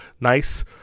nice